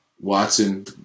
Watson